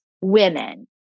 women